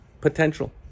potential